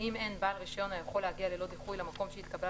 ואם אין בעל רישיון היכול להגיע ללא דיחוי למקום שהתקבלה